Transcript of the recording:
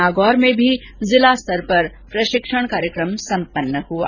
नागौर में भी जिला स्तर पर प्रशिक्षण कार्यक्रम हुआ